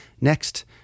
Next